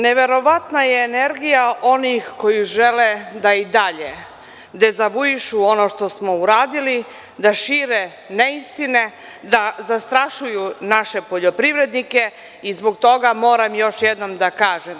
Neverovatna je energija onih koji žele da i dalje dezavuišu ono što smo uradili, da šire neistine, da zastrašuju naše poljoprivrednike i zbog toga moram još jednom da kažem.